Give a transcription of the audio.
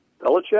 Belichick